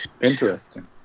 Interesting